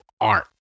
art